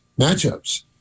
matchups